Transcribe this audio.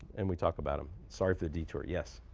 and we talk about them. sorry for the detour. yes.